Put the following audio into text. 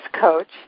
coach